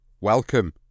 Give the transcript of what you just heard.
Welcome